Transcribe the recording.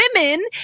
women